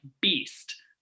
beast